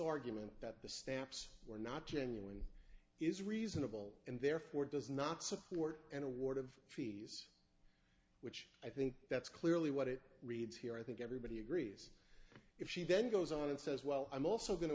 argument that the stamps were not genuine is reasonable and therefore does not support an award of fees which i think that's clearly what it reads here i think everybody agrees if she then goes on and says well i'm also going to